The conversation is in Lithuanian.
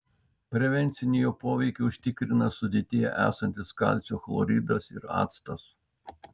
prevencinį jo poveikį užtikrina sudėtyje esantis kalcio chloridas ir actas